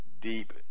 deep